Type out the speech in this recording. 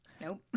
Nope